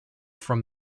from